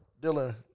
Dylan